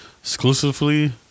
exclusively